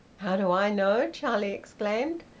how do i know! charlie exclaimed.